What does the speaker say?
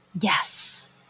Yes